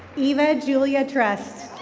eva julia trust.